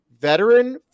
veteran